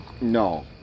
No